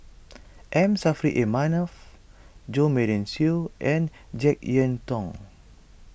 M Saffri A Manaf Jo Marion Seow and Jek Yeun Thong